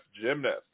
gymnast